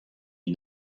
wie